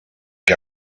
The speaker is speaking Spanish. que